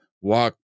walk